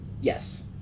Yes